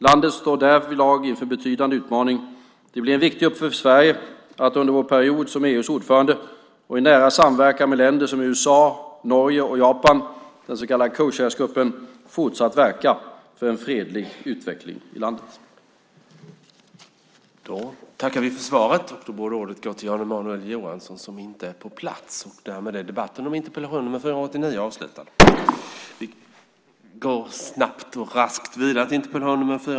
Landet står därvidlag inför en betydande utmaning. Det blir en viktig uppgift för Sverige att under vår period som EU:s ordförande, och i nära samverkan med länder som USA, Norge och Japan - den så kallade co-chairs-gruppen - fortsatt verka för en fredlig utveckling i landet.